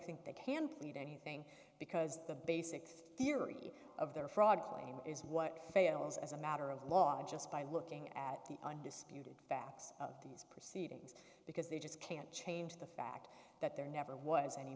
think they can plead anything because the basic theory of their fraud claim is what fails as a matter of law just by looking at the undisputed facts of these proceedings because they just can't change the fact that there never was any